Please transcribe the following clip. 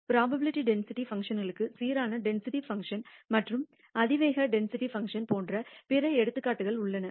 probability density பங்க்ஷன்களுக்கு சீரான density function மற்றும் அதிவேக டென்சிட்டி பங்க்ஷன் போன்ற பிற எடுத்துக்காட்டுகள் உள்ளன